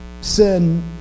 sin